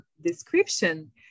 description